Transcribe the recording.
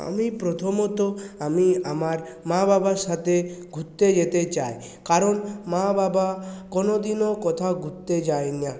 আমি প্রথমত আমি আমার মা বাবার সাথে ঘুরতে যেতে চাই কারণ মা বাবা কোনোদিনও কোথাও ঘুরতে যায় না